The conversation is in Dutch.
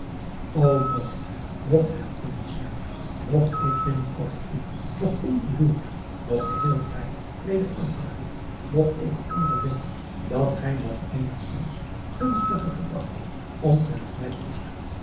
ô ogt mogt het anders zijn ogt ik binnen kort u nog ongehuwd nog geheel vrij weder aantreffen mogt ik ondervinden dat gij nog eenigzins gunstige gedachten omtrent mij koestert